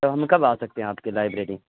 تو ہم کب آ سکتے ہیں آپ کی لائیبریری